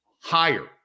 Higher